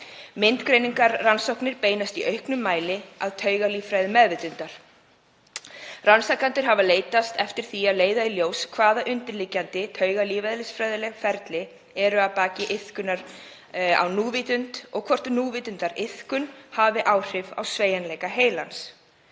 Myndgreiningarrannsóknir beinast í auknum mæli að taugalíffræði meðvitundar. Rannsakendur hafa leitast eftir því að leiða í ljós hvaða undirliggjandi taugalífeðlisfræðilegu ferli eru að baki iðkun á núvitund og hvort núvitundariðkun hafi áhrif á sveigjanleika heilans.